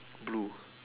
blue